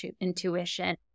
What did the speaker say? intuition